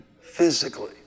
physically